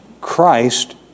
Christ